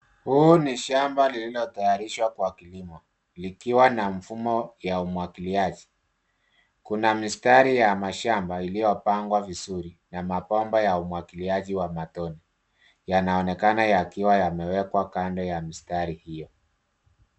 Hii ni shamba iliyotayarishwa kwa kilimo. Ikiwa na mfumo wa umwagiliaji. Kuna mistari ya mashamba iliyopangwa vizuri na mabomba ya umwagiliaji wa matone, yanaonekana yakiwa yamewekwa kando ya mistari hiyo.